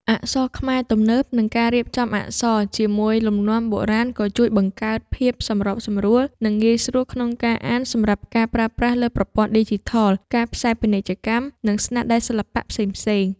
អក្សរខ្មែរទំនើប និងការរៀបចំអក្សរជាមួយលំនាំបុរាណក៏ជួយបង្កើតភាពសម្របសម្រួល និងងាយស្រួលក្នុងការអាន សម្រាប់ការប្រើប្រាស់លើប្រព័ន្ធឌីជីថល ការផ្សាយពាណិជ្ជកម្ម និងស្នាដៃសិល្បៈផ្សេងៗ។